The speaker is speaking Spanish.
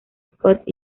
scott